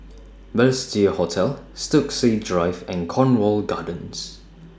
Balestier Hotel Stokesay Drive and Cornwall Gardens